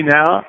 now